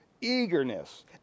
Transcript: Eagerness